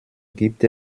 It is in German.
gibt